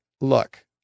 look